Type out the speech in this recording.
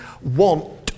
want